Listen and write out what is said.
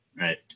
right